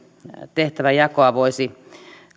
tehtävänjakoa voisi